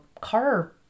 car